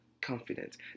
confidence